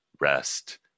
rest